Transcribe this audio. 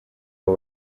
abo